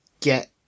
get